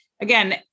Again